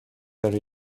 very